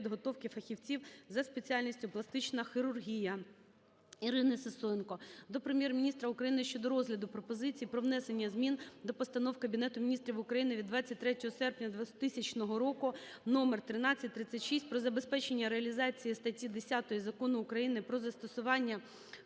підготовки фахівців за спеціальністю "Пластична хірургія". Ірини Сисоєнко до Прем'єр-міністра України щодо розгляду пропозицій про внесення змін до постанов Кабінету Міністрів України від 23 серпня 2000 року № 1336 "Про забезпечення реалізації статті 10 Закону України "Про застосування